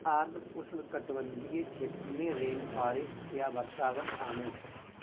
आर्द्र उष्णकटिबंधीय क्षेत्र में रेनफॉरेस्ट या वर्षावन शामिल हैं